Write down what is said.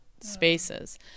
spaces